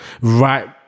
right